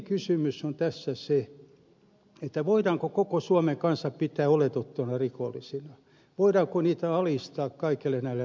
ydinkysymys on tässä se voidaanko kaikkia suomalaisia koko suomen kansaa pitää oletettuina rikollisina voidaanko heidät alistaa kaikille näille rekistereille